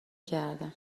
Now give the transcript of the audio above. کردم